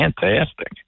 fantastic